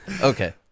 Okay